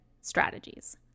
strategies